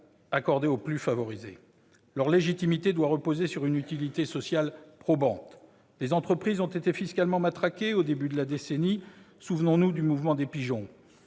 accordés aux plus favorisés. Leur légitimité doit reposer sur une utilité sociale probante. Les entreprises ont été fiscalement matraquées au début de la décennie. Souvenons-nous du mouvement des « pigeons